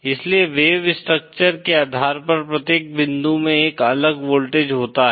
इसीलिए wave structure के आधार पर प्रत्येक बिंदु में एक अलग वोल्टेज होता है